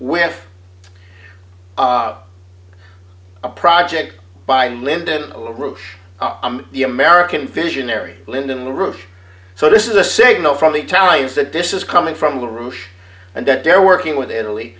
with a project by lyndon la rouche the american visionary lyndon roof so this is a signal from the tallies that this is coming from the roof and that they're working with in italy